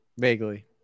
Vaguely